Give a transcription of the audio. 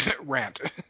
Rant